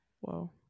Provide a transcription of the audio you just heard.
Whoa